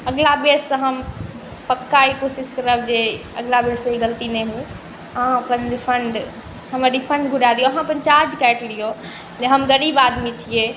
अगिला बेरसँ हम पक्का ई कोशिश करब जे अगिला बेरसँ ई गलती नहि होइ अहाँ अपन रिफण्ड हमर रिफण्ड घुरा दिअ अहाँ अपन चार्ज काटि लिअ जे हम गरीब आदमी छिए